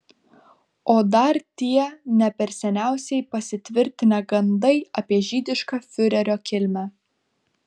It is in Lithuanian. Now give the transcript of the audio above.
o dar tie ne per seniausiai pasitvirtinę gandai apie žydišką fiurerio kilmę